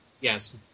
Yes